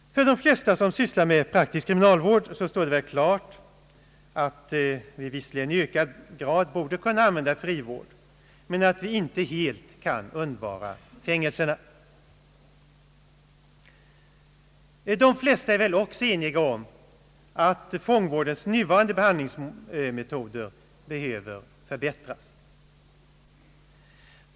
För de flesta som sysslar med praktisk kriminalvård står det väl klart att vi visserligen i ökad grad bör kunna använda frivården, men att vi inte helt kan undvara fängelserna. De flesta är väl också eniga om att fångvårdens nuvarande behandlingsmetoder behöver förbättras.